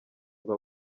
ngo